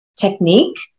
technique